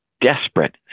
desperate